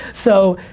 so,